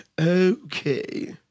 Okay